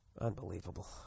Unbelievable